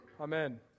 Amen